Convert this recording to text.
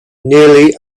nearly